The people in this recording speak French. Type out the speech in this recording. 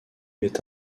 est